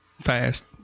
fast